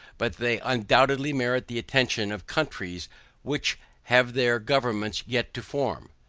but they undoubtedly merit the attention of countries which have their governments yet to form.